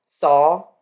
Saw